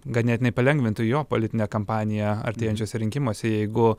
ganėtinai palengvintų jo politinę kampaniją artėjančiuose rinkimuose jeigu